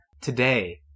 today